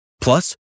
Plus